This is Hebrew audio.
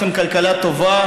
השארנו לכם כלכלה טובה.